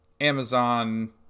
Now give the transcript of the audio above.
Amazon